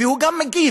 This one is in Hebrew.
והוא גם מגיב